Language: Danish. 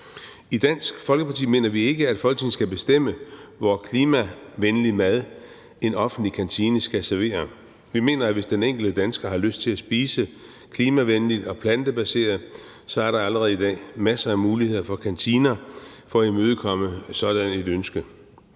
I Dansk Folkeparti mener vi ikke, at Folketinget skal bestemme, hvor klimavenlig mad en offentlig kantine skal servere. Vi mener, at der, hvis den enkelte dansker har lyst til at spise klimavenligt og plantebaseret, så allerede i dag er masser af muligheder for kantiner for at imødekomme sådan et ønske.